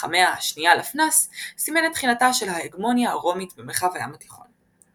המאה ה-2 לפנה"ס סימן את תחילתה של ההגמוניה הרומית במרחב הים התיכון.